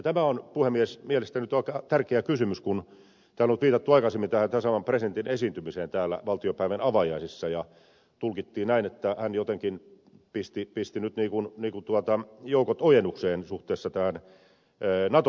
tämä on puhemies mielestäni nyt tärkeä kysymys kun täällä on viitattu aikaisemmin tähän tasavallan presidentin esiintymiseen täällä valtiopäivien avajaisissa ja tulkittiin näin että hän jotenkin pisti nyt niin kuin joukot ojennukseen suhteessa tähän nato tulkintaan